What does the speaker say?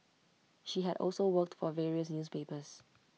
she had also worked for various newspapers